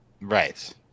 right